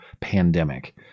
pandemic